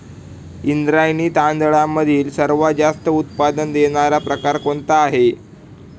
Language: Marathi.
इंद्रायणी तांदळामधील सर्वात जास्त उत्पादन देणारा प्रकार कोणता आहे?